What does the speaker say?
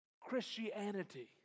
Christianity